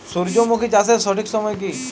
সূর্যমুখী চাষের সঠিক সময় কি?